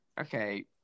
Okay